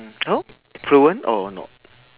oh fluent oh no